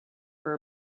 for